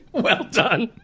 well done.